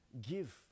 Give